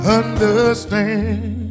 understand